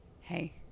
Hey